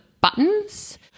buttons